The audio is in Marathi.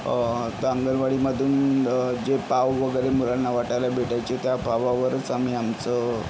तर अंगणवाडीमधून जे पाव वगैरे मुलांना वाटायला भेटायचे त्या पावावरच आम्ही आमचं